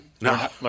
No